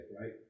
right